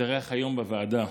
התארח היום בוועדה,